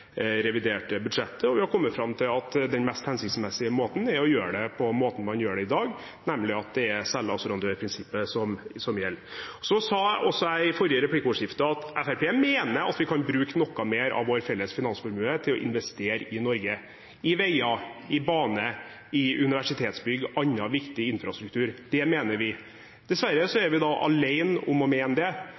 reviderte budsjettet, og vi er kommet fram til at den mest hensiktsmessige måten er å gjøre det på den måten man gjør det på i dag, nemlig at det er selvassurandørprinsippet som gjelder. Så sa jeg også i forrige replikkordskifte at Fremskrittspartiet mener at vi kan bruke noe mer av vår felles finansformue til å investere i Norge – i veier, i bane, i universitetsbygg og annen viktig infrastruktur. Det mener vi, men dessverre er vi alene om å mene det.